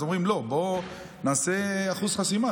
אז אומרים: לא, בואו נעשה אחוז חסימה.